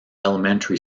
elementary